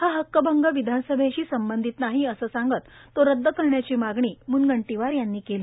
हा हक्कभंग विधानसभेशी संबंधित नाही असं सांगत तो रद्द करण्याची मागणी मुनगंटीवार यांनी केली